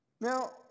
Now